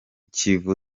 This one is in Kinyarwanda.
kivu